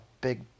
big